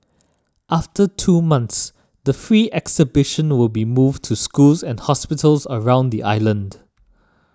after two months the free exhibition will be moved to schools and hospitals around the island